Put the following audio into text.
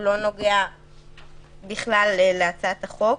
הוא לא נוגע בכלל להצעת החוק,